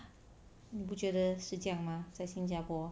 你不觉得是这样吗在新加坡